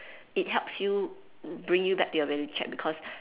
it helps you bring you back to your reality check because